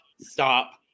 stop